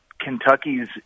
kentucky's